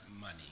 money